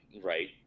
right